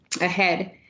ahead